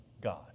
God